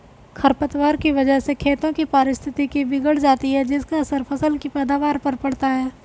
खरपतवार की वजह से खेतों की पारिस्थितिकी बिगड़ जाती है जिसका असर फसल की पैदावार पर पड़ता है